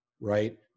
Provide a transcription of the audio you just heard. right